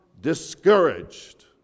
discouraged